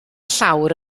llawr